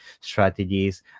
strategies